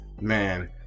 Man